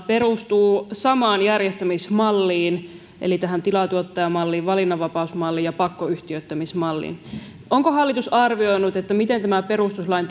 perustuu samaan järjestämismalliin eli tähän tilaaja tuottaja malliin valinnanvapausmalliin ja pakkoyhtiöittämismalliin onko hallitus arvioinut miten tämä perustuslain